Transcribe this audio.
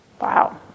Wow